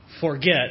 forget